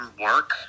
work